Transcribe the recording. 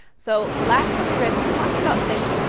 so last time we read we talked about things,